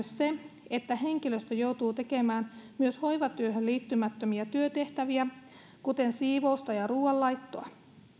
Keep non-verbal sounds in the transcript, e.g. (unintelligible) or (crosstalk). (unintelligible) se että henkilöstö joutuu tekemään myös hoivatyöhön liittymättömiä työtehtäviä kuten siivousta ja ruuanlaittoa